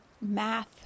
math